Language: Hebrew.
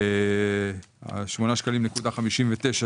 ה-8.59 שקלים,